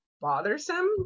bothersome